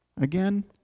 Again